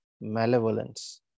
malevolence